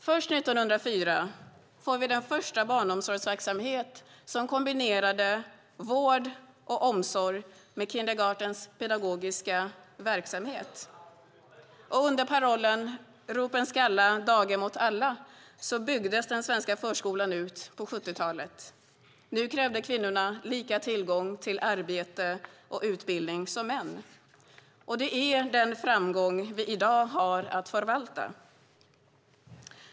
Först 1904 fick vi den första barnomsorgsverksamhet som kombinerade vård och omsorg med kindergartens pedagogiska verksamhet. Och under parollen "Ropen skalla - daghem åt alla!" byggdes den svenska förskolan ut på 70-talet. Nu krävde kvinnorna samma tillgång till arbete och utbildning som män. Det är den framgång vi i dag har att förvalta.